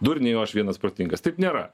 durniai o aš vienas protingas taip nėra